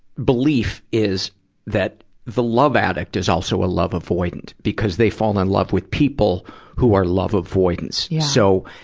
belief is that the love addict is also a love avoidant because they fall in love with people who are love avoidants. so,